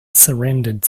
surrendered